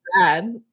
bad